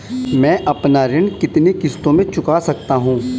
मैं अपना ऋण कितनी किश्तों में चुका सकती हूँ?